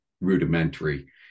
rudimentary